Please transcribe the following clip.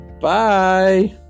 Bye